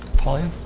paulien